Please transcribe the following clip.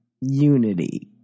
Unity